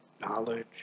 knowledge